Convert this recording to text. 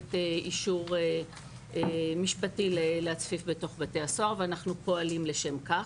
מחייבת אישור משפטי להצפיף בתוך בתי הסוהר ואנחנו פועלים לשם כך.